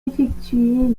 effectué